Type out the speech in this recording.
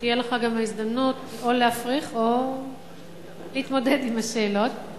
שתהיה לך גם ההזדמנות או להפריך או להתמודד עם השאלות.